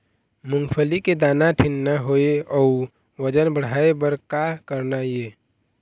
मूंगफली के दाना ठीन्ना होय अउ वजन बढ़ाय बर का करना ये?